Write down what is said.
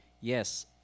Yes